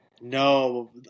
No